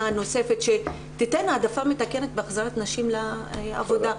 נוספת שתיתן העדפה מתקנת בהחזרת נשים לעבודה.